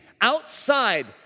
outside